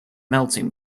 melting